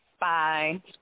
bye